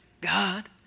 God